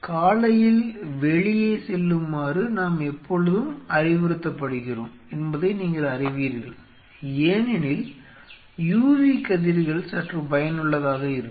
காலையில் வெளியே செல்லுமாறு நாம் எப்பொழுதும் அறிவுறுத்தப்படுகிறோம் என்பதை நீங்கள் அறிவீர்கள் ஏனெனில் u v கதிர்கள் சற்று பயனுள்ளதாக இருக்கும்